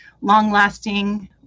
long-lasting